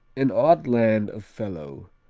an odd land of fellow,